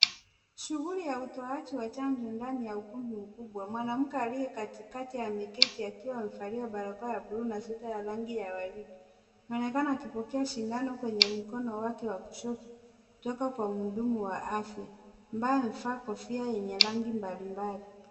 Shughuli ya utoaji wa chanjo ndani ya ukumbi mkubwa, mwanamkea liye katikati ameketi akiwa amevalia barakoa ya buluu na sweta ya rangi ya waridi. Anaonekana akipokea shindano kwenye mkono wake wa kushoto, kutoka kwa mhudumu wa afya ambayo amevaa kofia yenye rangi mbalimbali.